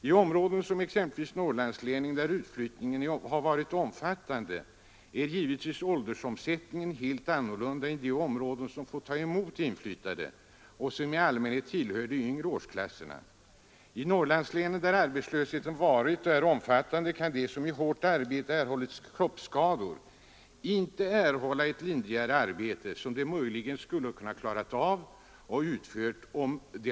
I områden som Norrlandslänen, där utflyttningen varit omfattande, är ålderssammansättningen givetvis helt annorlunda än i de områden som fått ta emot de inflyttade, vilka i allmänhet tillhör de yngre åldersklasserna. I Norrlandslänen, där arbetslösheten har varit och fortfarande är omfattande, kan de som i hårt arbete erhållit kroppsskador inte få ett lindrigare arbete, som de möjligen kunde ha utfört.